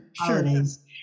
holidays